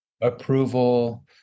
approval